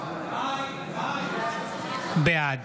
בעד